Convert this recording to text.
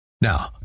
Now